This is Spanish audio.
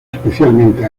especialmente